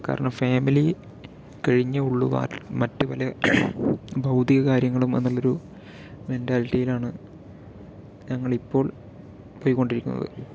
കാരണം ഫാമിലി കഴിഞ്ഞേ ഉള്ളൂ മ മറ്റ് പല ഭൗതീക കാര്യങ്ങളും എന്നുള്ളൊരു മെൻറ്റാലിറ്റിയിലാണ് ഞങ്ങൾ ഇപ്പോൾ പോയ്കൊണ്ടിരിക്കുന്നത്